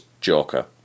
Joker